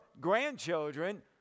grandchildren